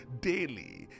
daily